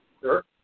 Sure